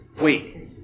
Wait